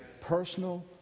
Personal